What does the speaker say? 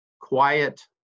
quiet